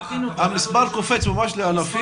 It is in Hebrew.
המספר קופץ ממש לאלפים?